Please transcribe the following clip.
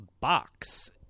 box